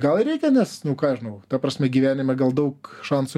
gal ir reikia nes nu ką žinau ta prasme gyvenime gal daug šansų